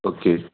okay